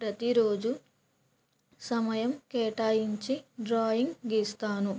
ప్రతిరోజు సమయం కేటాయించి డ్రాయింగ్ గీస్తాను